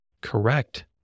correct